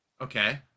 Okay